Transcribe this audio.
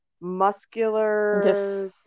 muscular